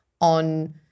on